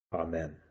Amen